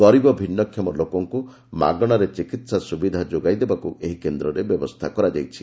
ଗରିବ ଭିନ୍ବଷମ ଲୋକଙ୍କୁ ମାଗଶାରେ ଚିକିହା ସୁବିଧା ଯୋଗାଇ ଦେବାକୁ ଏହି କେନ୍ଦରେ ବ୍ୟବସ୍ରା କରାଯାଇଛି